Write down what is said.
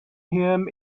him